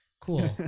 Cool